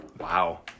Wow